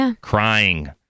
crying